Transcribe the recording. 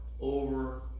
over